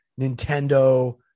Nintendo